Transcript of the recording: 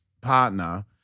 partner